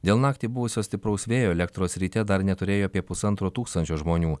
dėl naktį buvusio stipraus vėjo elektros ryte dar neturėjo apie pusantro tūkstančio žmonių